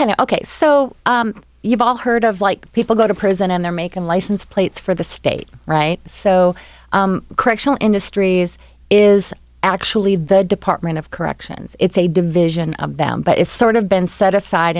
kind of ok so you've all heard of like people go to prison and they're making license plates for the state right so correctional industries is actually the department of corrections it's a division of them but it's sort of been set aside